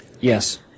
Yes